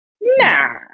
Nah